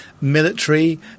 military